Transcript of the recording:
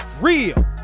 Real